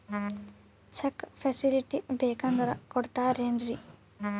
Check facility ಬೇಕಂದ್ರ ಕೊಡ್ತಾರೇನ್ರಿ?